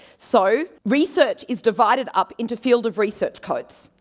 so, research is divided up into field of research codes.